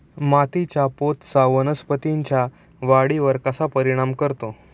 मातीच्या पोतचा वनस्पतींच्या वाढीवर कसा परिणाम करतो?